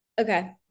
okay